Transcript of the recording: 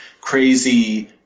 crazy